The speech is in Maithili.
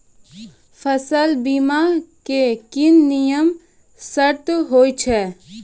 फसल बीमा के की नियम सर्त होय छै?